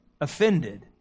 offended